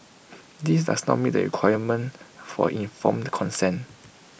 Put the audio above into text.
this does not meet the requirement for informed consent